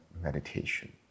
meditation